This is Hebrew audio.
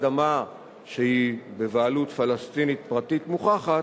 על אדמה שהיא בבעלות פלסטינית פרטית מוכחת,